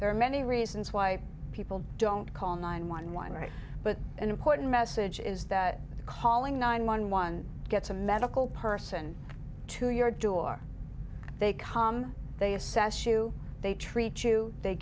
there are many reasons why people don't call nine one one right but an important message is that the calling nine one one gets a medical person to your door they come they assess you they treat you they